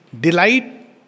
delight